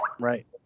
Right